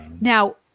Now